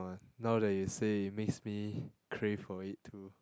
now that you say it makes me crave for it too